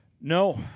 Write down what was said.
No